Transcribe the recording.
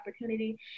opportunity